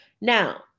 Now